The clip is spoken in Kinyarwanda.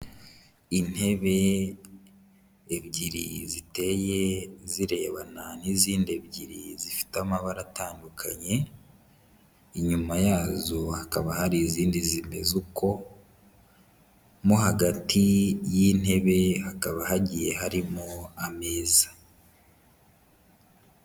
Intebe ebyiri ziteye zirebana n'izindi ebyiri zifite amabara atandukanye, inyuma yazo hakaba hari izindi zimeze uko, mo hagati y'intebe hakaba hagiye harimo ameza.